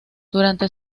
durante